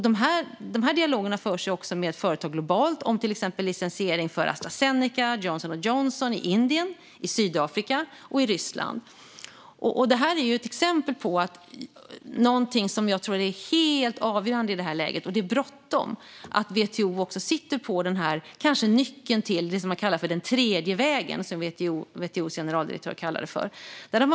De här dialogerna förs också med företag globalt om till exempel licensiering för Astra Zeneca och Johnson & Johnson i Indien, Sydafrika och Ryssland. Det här är ett exempel på någonting som jag tror är helt avgörande i det här läget. Det är bråttom. WTO sitter kanske på nyckeln till det som WTO:s generaldirektör kallar för den tredje vägen.